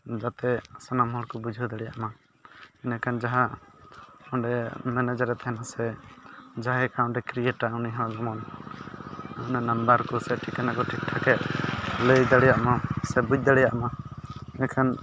ᱡᱟᱛᱮ ᱥᱟᱱᱟᱢ ᱦᱚᱲ ᱠᱚ ᱵᱩᱡᱷᱟᱹᱣ ᱫᱟᱲᱮᱭᱟᱜ ᱢᱟ ᱤᱱᱟᱹᱠᱷᱟᱱ ᱡᱟᱦᱟᱸ ᱚᱸᱰᱮ ᱢᱮᱱᱮᱡᱟᱨᱮ ᱛᱟᱦᱮᱸᱟ ᱥᱮ ᱡᱟᱦᱟᱭ ᱮᱠᱟᱣᱩᱴᱮ ᱠᱨᱤᱭᱮᱴᱟ ᱩᱱᱤ ᱦᱚᱸ ᱡᱮᱢᱚᱱ ᱚᱱᱟ ᱱᱟᱢᱵᱟᱨ ᱠᱚ ᱥᱮ ᱴᱷᱤᱠᱟᱹᱱᱟ ᱠᱚ ᱴᱷᱤᱠ ᱴᱷᱟᱠᱮ ᱞᱟᱹᱭ ᱫᱟᱲᱮᱭᱟᱜ ᱢᱟ ᱥᱮ ᱵᱩᱡᱽ ᱫᱟᱲᱮᱭᱟᱜ ᱢᱟ ᱤᱱᱟᱹᱠᱷᱟᱱ